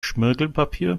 schmirgelpapier